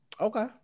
Okay